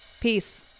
Peace